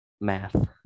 math